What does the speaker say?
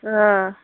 آ